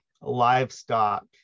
livestock